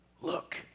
look